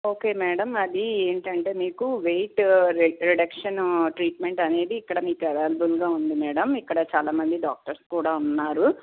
okay madam అది ఏంటంటే మీకు వెయిట్ రిడక్షన్ ట్రీట్మెంట్ అనేది ఇక్కడ మీకు అవైలబుల్గా ఉంది మేడం ఇక్కడ చాలామంది డాక్టర్స్ కూడా ఉన్నారు